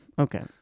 Okay